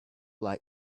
like